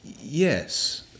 Yes